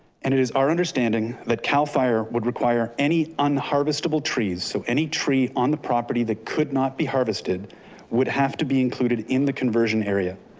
and it is our understanding that cal fire would require any unharvested trees, so any tree on the property that could not be harvested would have to be included in the conversion area.